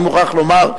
אני מוכרח לומר,